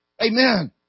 Amen